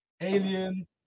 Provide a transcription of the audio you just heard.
alien